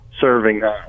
serving